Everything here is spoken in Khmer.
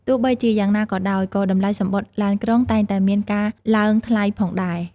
ទោះបីជាយ៉ាងណាក៏ដោយ ក៏តម្លៃសំបុត្រឡានក្រុងតែងតែមានការឡើងថ្លៃផងដែរ។